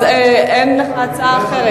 אין לך הצעה אחרת.